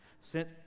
Sent